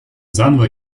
заново